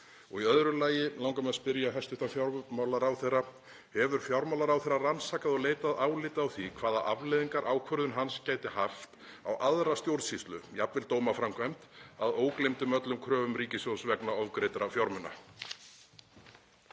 Í öðru lagi langar mig að spyrja hæstv. fjármálaráðherra: Hefur fjármálaráðherra rannsakað og leitað álita á því hvaða afleiðingar ákvörðun hans gæti haft á aðra stjórnsýslu, jafnvel dómaframkvæmd, að ógleymdum öllum kröfum ríkissjóðs vegna ofgreiddra fjármuna?